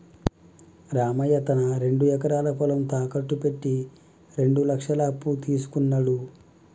రామయ్య తన రెండు ఎకరాల పొలం తాకట్టు పెట్టి రెండు లక్షల అప్పు తీసుకున్నడు